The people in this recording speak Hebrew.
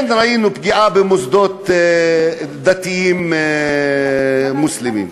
כן ראינו פגיעה במוסדות דתיים מוסלמיים.